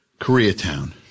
Koreatown